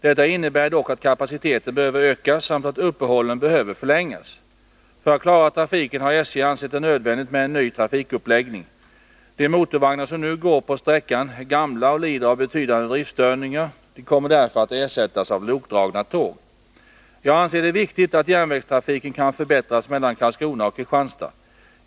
Detta innebär dock att kapaciteten behöver ökas och att uppehållen behöver förlängas. För att klara trafiken har SJ ansett det nödvändigt med en ny trafikuppläggning. De motorvagnar som nu går på sträckan är gamla och lider av betydande driftstörningar. De kommer därför att ersättas av lokdragna tåg. Jag anser det viktigt att järnvägstrafiken kan förbättras mellan Karlskrona och Kristianstad.